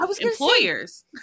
employers